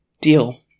Deal